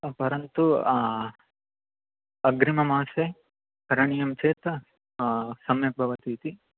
परन्तु अग्रिममासे करणीयं चेत् सम्यक् भवति इति